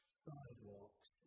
sidewalks